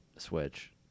Switch